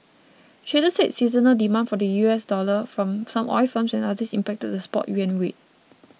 traders said seasonal demand for the U S dollar from some oil firms and others impacted the spot yuan rate